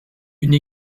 une